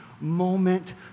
moment